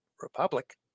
Republic